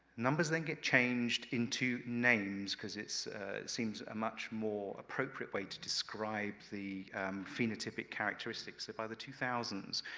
numbers then get changed into names, because it's seems a much more appropriate way to describe the phenotypic characteristics. so, by the two thousand s,